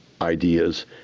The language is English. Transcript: ideas